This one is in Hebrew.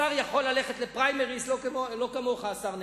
השר יכול ללכת לפריימריס, לא כמוך, השר נאמן.